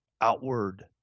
outward